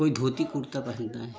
कोई धोती कुर्ता पहनता है